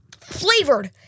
flavored